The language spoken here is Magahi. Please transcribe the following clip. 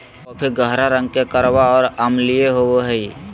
कॉफी गहरा रंग के कड़वा और अम्लीय होबो हइ